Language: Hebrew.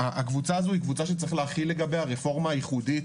הקבוצה הזו היא קבוצה שצריך להחיל לגביה רפורמה ייחודית